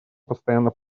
постоянно